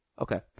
Okay